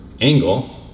angle